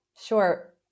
sure